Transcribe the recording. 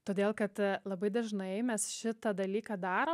todėl kad labai dažnai mes šitą dalyką darom